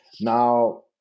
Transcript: Now